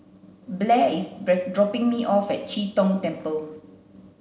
Blair is dropping me off at Chee Tong Temple